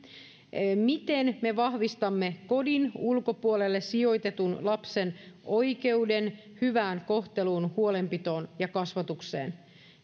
miten me vahvistamme kodin ulkopuolelle sijoitetun lapsen oikeuden hyvään kohteluun huolenpitoon ja kasvatukseen